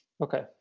Okay